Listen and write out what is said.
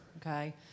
Okay